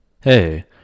hey